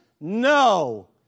No